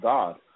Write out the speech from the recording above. God